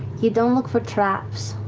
you don't look for traps.